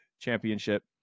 championship